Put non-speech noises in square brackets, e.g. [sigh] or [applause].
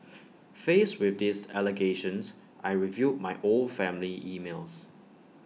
[noise] faced with these allegations I reviewed my old family emails